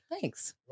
Thanks